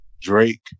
Drake